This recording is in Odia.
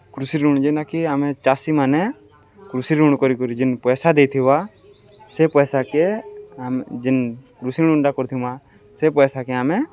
କୃଷି ଋଣ୍ ଯେନାକି ଆମେ ଚାଷୀମାନେ କୃଷି ଋଣ୍ କରିିକରି ଯେନ୍ ପଏସା ଦେଇଥିବା ସେ ପଏସାକେ ଆମେ ଯେନ୍ କୃଷି ଋଣ୍ଟା କରିଥିମା ସେ ପଏସାକେ ଆମେ